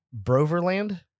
Broverland